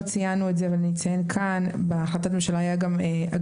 לא ציינו ואציין כאן: בהחלטת הממשלה היה מרכיב